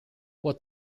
what